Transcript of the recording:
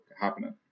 happening